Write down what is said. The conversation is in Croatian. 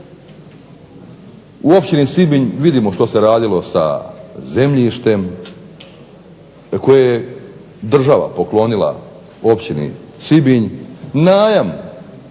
u općini Sibinj vidimo što se radilo sa zemljištem koje je država poklonila općini Sibinj, najam